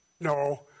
no